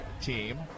team